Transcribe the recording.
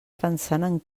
pensant